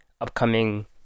upcoming